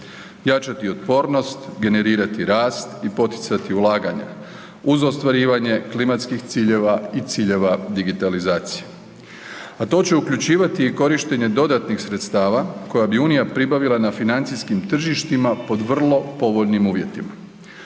jačati otpornost, generirati rast i poticati ulaganje, uz ostvarivanje klimatskih ciljeva i ciljeva digitalizacije. A to će uključivati i korištenje dodatnih sredstava koja bi Unija pribavila na financijskim tržištima pod vrlo povoljnim uvjetima.